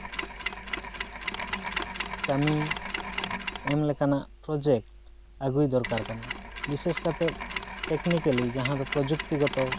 ᱠᱟᱹᱢᱤ ᱮᱢ ᱞᱮᱠᱟᱱᱟᱜ ᱯᱨᱚᱡᱮᱠᱴ ᱟᱹᱜᱩᱭ ᱫᱚᱨᱠᱟᱨ ᱠᱟᱱᱟ ᱵᱤᱥᱮᱥ ᱠᱟᱛᱮᱫ ᱴᱮᱠᱱᱮᱠᱮᱞᱤ ᱡᱟᱦᱟᱸ ᱫᱚ ᱯᱨᱚᱡᱩᱠᱛᱤ ᱜᱚᱛᱚ